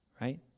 right